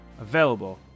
Available